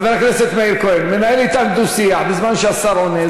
חבר הכנסת מאיר כהן מנהל אתם דו-שיח בזמן שהשר עונה,